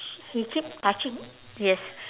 he keep touching yes